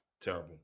terrible